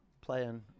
playing